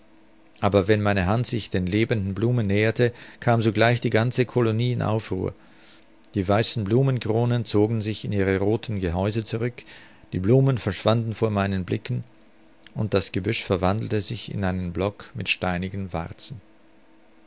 aber wenn meine hand sich den lebenden blumen näherte kam sogleich die ganze colonie in aufruhr die weißen blumenkronen zogen sich in ihre rothen gehäuse zurück die blumen verschwanden vor meinen blicken und das gebüsch verwandelte sich in einen block mit steinigen warzen